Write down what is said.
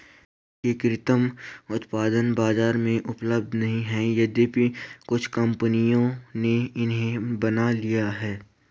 coffee के कृत्रिम उत्पाद बाजार में उपलब्ध नहीं है यद्यपि कुछ कंपनियों ने इन्हें बना लिया है